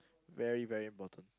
very very important